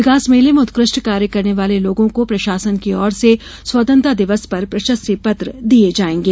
विकास मेले में उत्कृष्ट कार्य करने वाले लोगों को प्रशासन की ओर से स्वतंत्रता दिवस पर प्रशस्ति पत्र दिये जाएंगे